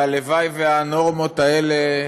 והלוואי שהנורמות האלה,